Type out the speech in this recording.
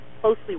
closely